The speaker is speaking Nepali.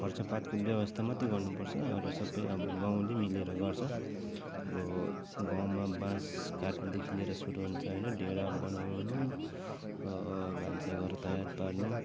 खर्चपातको व्यवस्था मात्रै गर्नुपर्छ अरू सबै अब गाउँले मिलेर गर्छ अब गाउँमा बाँस काट्नदेखि लिएर सुरु हुन्छ होइन डेरा बनाउनु भान्साघर तयार पार्नु